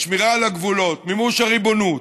השמירה על הגבולות, מימוש הריבונות,